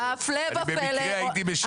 שבמקום חבר ושני משקיפים,